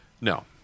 No